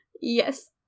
Yes